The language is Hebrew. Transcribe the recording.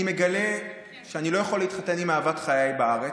אני מגלה שאני לא יכול להתחתן עם אהבת חיי בארץ,